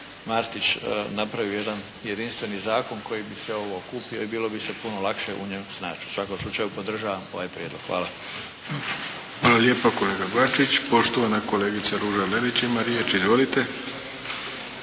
Martić napravi jedan jedinstveni zakon koji bi sve ovo okupio i bilo bi sve puno lakše u njem se snaći. U svakom slučaju podržavam ovaj prijedlog. Hvala. **Arlović, Mato (SDP)** Hvala lijepa kolega Bačić. Poštovana kolegica Ruža Lelić ima riječ. Izvolite!